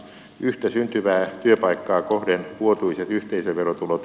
yhtä syntyvää työpaikkaa kohden vuotuiset yhteisöverotulot